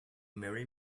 marry